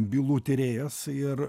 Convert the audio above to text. bylų tyrėjas ir